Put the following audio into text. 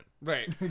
Right